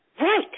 Right